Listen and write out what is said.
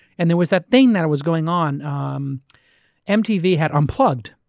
and there was that thing that was going on, um mtv had unplugged.